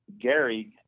Gary